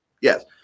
Yes